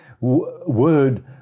word